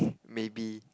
maybe